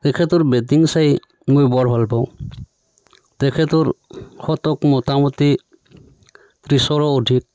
তেখেতৰ বেটিং চাই মই বৰ ভাল পাওঁ তেখেতৰ শতক মোটামুটি ত্ৰিছৰো অধিক